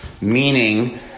Meaning